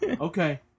Okay